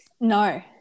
No